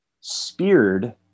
speared